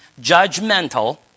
judgmental